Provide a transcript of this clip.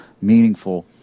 meaningful